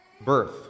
Birth